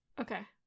Okay